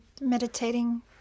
meditating